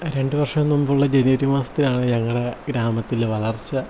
രണ്ടു വർഷം മുൻപുള്ള ജനുവരി മാസത്തിലാണ് ഞങ്ങളുടെ ഗ്രാമത്തിൽ വളർച്ച